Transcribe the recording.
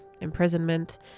imprisonment